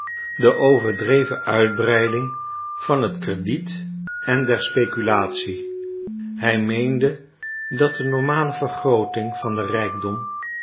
de overdreven uitbreiding van het crediet en der speculatie hij meende dat de normale vergrooting van den rijkdom